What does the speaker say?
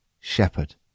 shepherd